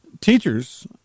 teachers